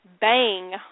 bang